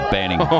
Banning